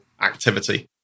activity